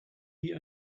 wie